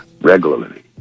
regularly